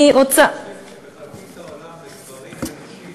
כשמחלקים את העולם לגברים ונשים,